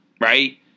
right